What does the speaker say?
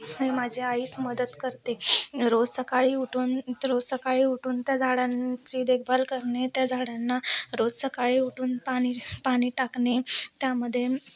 ही माझी आईच मदत करते रोज सकाळी उठून रोज सकाळी उठून त्या झाडांची देखभाल करणे त्या झाडांना रोज सकाळी उठून पाणी पाणी टाकणे त्यामध्ये